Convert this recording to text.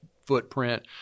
footprint